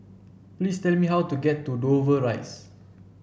please tell me how to get to Dover Rise